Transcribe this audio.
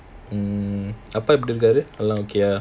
mm அப்பா எப்படிஇருக்காங்க:appa eppdiirukkaanga okay lah